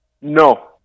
No